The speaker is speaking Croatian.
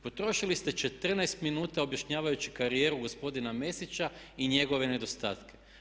Potrošili ste 14 minuta objašnjavajući karijeru gospodina Mesića i njegove nedostatke.